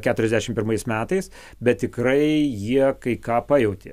keturiasdešimt pirmais metais bet tikrai jie kai ką pajautė